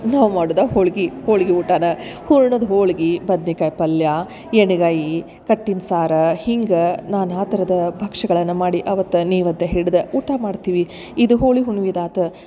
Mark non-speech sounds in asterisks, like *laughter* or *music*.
ನಾವು ಮಾಡುದ ಹೋಳಿಗಿ ಹೋಳಿಗಿ ಊಟನ ಹೂರ್ಣದ ಹೋಳಿಗಿ ಬದ್ನಿಕಾಯಿ ಪಲ್ಯ ಎಣ್ಗಾಯಿ ಕಟ್ಟಿನ ಸಾರು ಹಿಂಗ ನಾನಾ ಥರದ್ ಭಕ್ಷ್ಯಗಳನ್ನ ಮಾಡಿ ಆವತ್ತು ನೀವು *unintelligible* ಹಿಡ್ದ ಊಟ ಮಾಡ್ತೀವಿ ಇದು ಹೋಳಿ ಹುಣ್ಮಿದು ಆತು